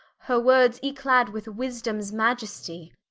her words yclad with wisedomes maiesty,